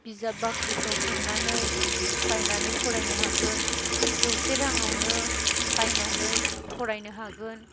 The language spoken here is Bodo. बिजाब बाख्रिफ्राव थांनानै बायनानै फरायनो हागोन जौसे राङावनो बायनानै फरायनो हागोन